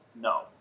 No